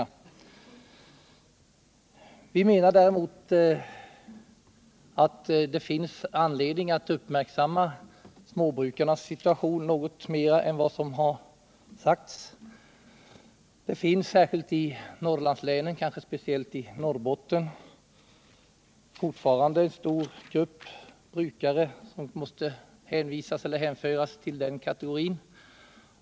Vi menar däremot att det finns anledning att uppmärksamma småbrukarnas situation något mer än man har gjort. Det finns, särskilt i Norrlandslänen — kanske speciellt i Norrbotten — fortfarande en stor grupp brukare som måste hänföras till den kategorin.